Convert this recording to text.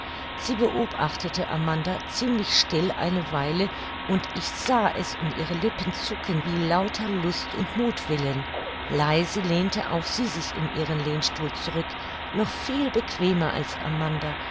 sie beobachtete amanda ziemlich still eine weile und ich sah es um ihre lippen zucken wie lauter lust und muthwillen leise lehnte auch sie sich in ihren lehnstuhl zurück noch viel bequemer als amanda